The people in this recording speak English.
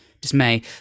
dismay